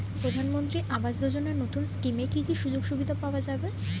প্রধানমন্ত্রী আবাস যোজনা নতুন স্কিমে কি কি সুযোগ সুবিধা পাওয়া যাবে?